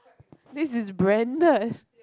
this is branded